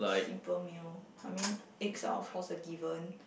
simple meal I mean eggs are of course a given